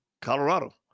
Colorado